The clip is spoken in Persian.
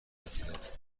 تعطیلات